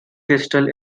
crystal